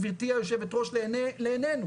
גברתי היושבת ראש לעינינו,